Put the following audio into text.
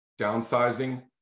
downsizing